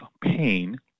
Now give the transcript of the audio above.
pain